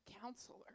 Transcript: counselor